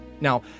Now